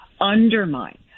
undermine